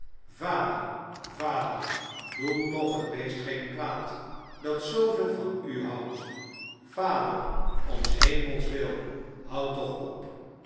vader vader doe toch het beest geen kwaad dat zooveel van u houdt vader om s hemels wil houd toch op